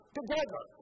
together